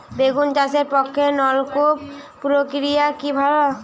বেগুন চাষের পক্ষে নলকূপ প্রক্রিয়া কি ভালো?